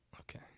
Okay